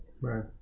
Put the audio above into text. Right